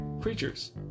creatures